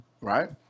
Right